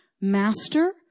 master